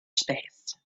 space